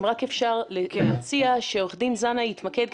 אם רק אפשר להציע שעורך דין זנה יתמקד,